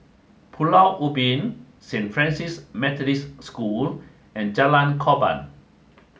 Pulau Ubin Saint Francis Methodist School and Jalan Korban